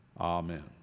Amen